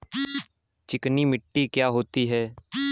चिकनी मिट्टी क्या होती है?